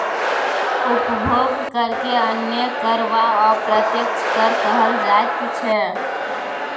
उपभोग करकेँ अन्य कर वा अप्रत्यक्ष कर कहल जाइत छै